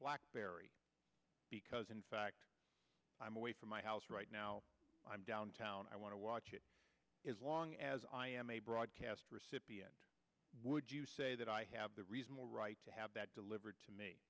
blackberry because in fact i'm away from my house right now i'm downtown i want to watch it as long as i am a broadcast recipient would you say that i have the reasonable right to have that delivered to